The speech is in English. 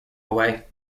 away